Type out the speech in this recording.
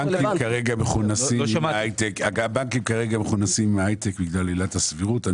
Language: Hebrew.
כרגע מכונסים עם ההייטק בגלל עילת הסבירות .